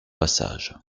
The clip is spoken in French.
passage